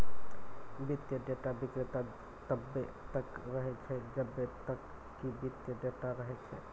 वित्तीय डेटा विक्रेता तब्बे तक रहै छै जब्बे तक कि वित्तीय डेटा रहै छै